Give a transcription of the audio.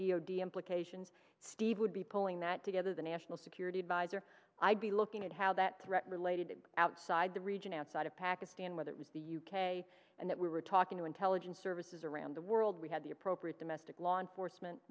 cations steve would be pulling that together the national security adviser i'd be looking at how that threat related outside the region outside of pakistan whether the u k and that we were talking to intelligence services around the world we had the appropriate domestic law enforcement